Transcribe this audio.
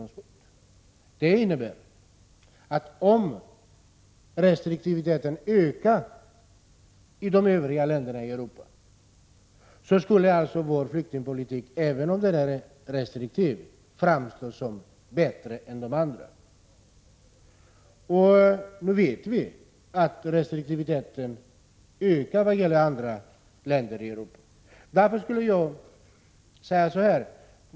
Det här synsättet innebär att om restriktiviteten ökar i övriga länder i Europa, skulle vår flyktingpolitik, även om den är restriktiv, framstå som bättre än andra länders. Nu vet vi att restriktiviteten i andra länder i Europa verkligen ökar.